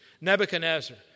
Nebuchadnezzar